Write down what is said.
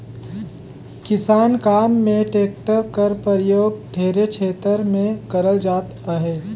किसानी काम मे टेक्टर कर परियोग ढेरे छेतर मे करल जात अहे